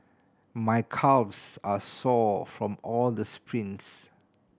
my calves are sore from all the sprints